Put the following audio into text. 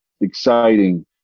exciting